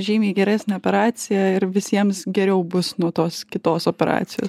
žymiai geresnė operacija ir visiems geriau bus nuo tos kitos operacijos